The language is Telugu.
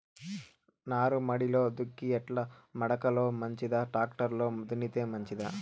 నారుమడిలో దుక్కి ఎడ్ల మడక లో మంచిదా, టాక్టర్ లో దున్నితే మంచిదా?